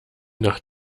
nach